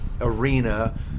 arena